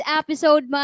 episode